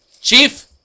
chief